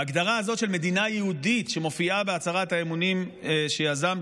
ההגדרה הזאת של מדינה יהודית שמופיעה בהצהרת האמונים שיזמת,